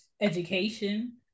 education